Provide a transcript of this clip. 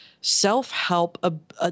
self-help